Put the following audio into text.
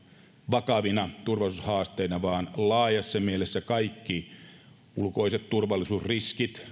vakavina turvallisuushaasteina vaan laajassa mielessä kaikista ulkoisista turvallisuusriskeistä